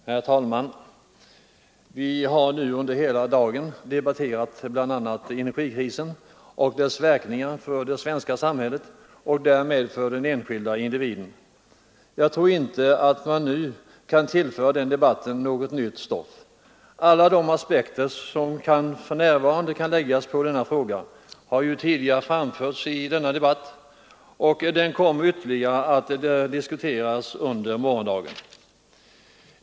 Herr talman! Vi har här under hela dagen debatterat bl.a. energikrisen och dess verkningar för det svenska samhället och därmed för den enskilda individen. Jag tror inte att man nu kan tillföra den debatten något nytt stoff. Alla de aspekter som för närvarande kan läggas på denna fråga har tidigare framförts i denna debatt, och den kommer att fortsätta under morgondagen.